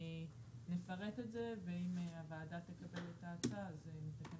נפרט את זה ואם הועדה תטפל בבקשה אז נטפל